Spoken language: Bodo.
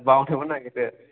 बावनोबो नागिरो